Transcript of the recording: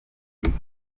icumu